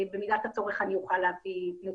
במידת הצורך אני אוכל להביא נתונים.